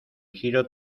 giro